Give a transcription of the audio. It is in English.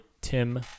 Tim